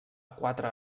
quatre